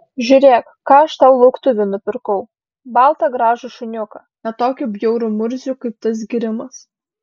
žiūrėk ką aš tau lauktuvių nupirkau baltą gražų šuniuką ne tokį bjaurų murzių kaip tas grimas